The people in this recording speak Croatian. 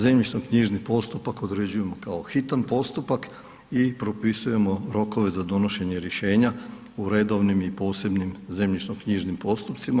Zemljišnoknjižni postupak određujemo kao hitan postupak i propisujemo rokove za donošenje rješenja u redovnim i posebnim zemljišnoknjižnim postupcima.